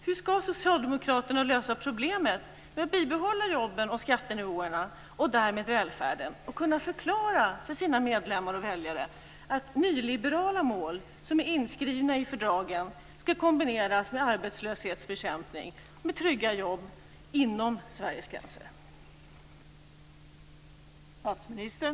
Hur ska socialdemokraterna lösa problemet med att bibehålla jobben och skattenivåerna och därmed välfärden och kunna förklara för sina medlemmar och väljare att nyliberala mål som är inskrivna i fördragen ska kombineras med arbetslöshetsbekämpning och med trygga jobb inom Sveriges gränser?